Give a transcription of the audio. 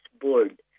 board